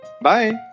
Bye